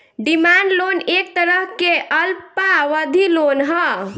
demand loan एक तरह के अल्पावधि लोन ह